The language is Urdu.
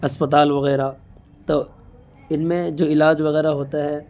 اسپتال وغیرہ تو ان میں جو علاج وغیرہ ہوتا ہے